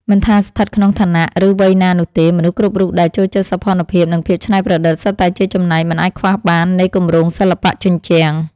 មិនថាស្ថិតក្នុងឋានៈ ឬវ័យណានោះទេ មនុស្សគ្រប់រូបដែលចូលចិត្តសោភ័ណភាព និងភាពច្នៃប្រឌិត សុទ្ធតែជាចំណែកមិនអាចខ្វះបាននៃគម្រោងសិល្បៈជញ្ជាំង។